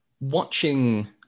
Watching